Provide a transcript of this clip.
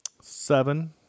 Seven